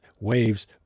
waves